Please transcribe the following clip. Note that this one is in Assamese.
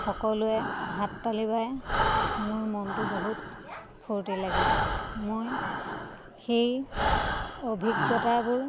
সকলোৱে হাত তালি বাই মোৰ মনটো বহুত ফূৰ্তি লাগি যায় মই সেই অভিজ্ঞতাবোৰ